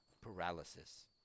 paralysis